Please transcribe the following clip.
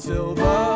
Silver